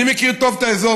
אני מכיר טוב את האזור,